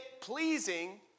pleasing